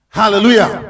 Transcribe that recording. hallelujah